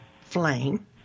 flame